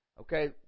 okay